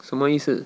什么意思